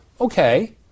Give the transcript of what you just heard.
Okay